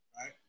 right